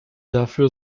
dafür